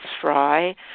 Fry